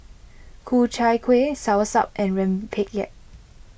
Ku Chai Kuih Soursop and Rempeyek